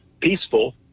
peaceful